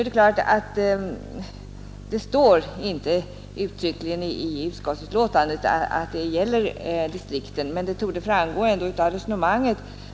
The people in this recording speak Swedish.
Det står inte uttryckligen i utskottets betänkande att det gäller polisdistrikten, men detta torde ändå framgå av resonemanget.